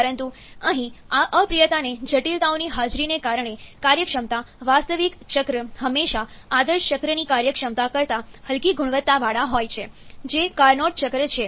પરંતુ અહીં આ અપ્રિયતા અને જટિલતાઓની હાજરીને કારણે કાર્યક્ષમતા વાસ્તવિક ચક્ર હંમેશા આદર્શ ચક્રની કાર્યક્ષમતા કરતા હલકી ગુણવત્તાવાળા હોય છે જે કાર્નોટ ચક્ર છે